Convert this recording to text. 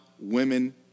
Women